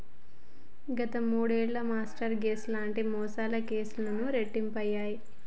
గత మూడేళ్లలో mortgage లాంటి మోసాల కేసులు రెట్టింపయినయ్